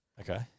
Okay